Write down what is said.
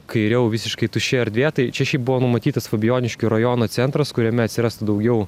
kairiau visiškai tuščia erdvė tai čia šiaip buvo numatytas fabijoniškių rajono centras kuriame atsirastų daugiau